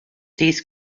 these